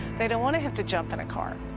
they don't want to have to jump in a car.